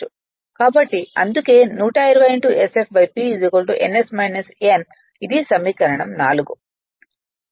కాబట్టి అందుకే 120 sf P ns n ఇది సమీకరణం 4